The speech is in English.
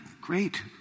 great